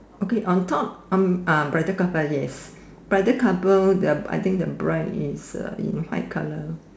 okay on top um uh yes I think the bride is uh in white colour